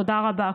תודה רבה.